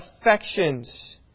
affections